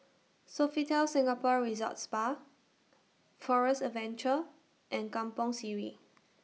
Sofitel Singapore Resort's Spa Forest Adventure and Kampong Sireh